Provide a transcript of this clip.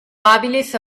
habilis